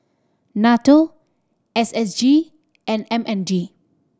NATO S S G and M N D